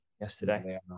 yesterday